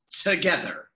together